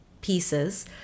pieces